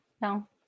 No